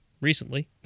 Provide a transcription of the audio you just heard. recently